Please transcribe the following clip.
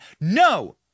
No